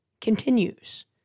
continues